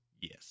Yes